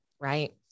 right